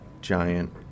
giant